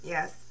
Yes